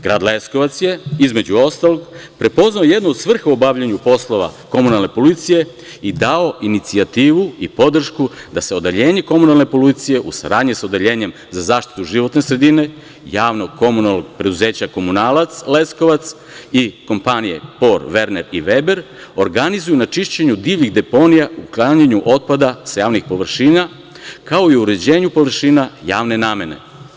Grad Leskovac je, između ostalog, prepoznao jednu svrhu u bavljenju poslova komunalne policije i dao inicijativu i podršku da se Odeljenje komunalne policije u saradnji sa Odeljenjem za zaštitu životne sredine JKP „Komunalac“ Leskovac i kompanije „Por Veber i Verner“ organizuju na čišćenju divljih deponija u otklanjanju otpada sa javnih površina, kao i uređenju površina javne namene.